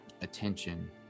attention